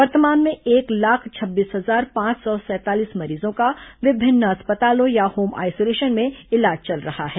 वर्तमान में एक लाख छब्बीस हजार पांच सौ सैंतालीस मरीजों का विभिन्न अस्पतालों या होम आइसोलेशन में इलाज चल रहा है